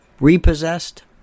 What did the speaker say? repossessed